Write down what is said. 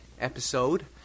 episode